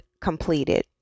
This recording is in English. completed